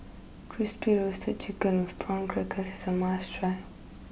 Crispy Roasted Chicken with Prawn Crackers is a must try